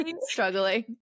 struggling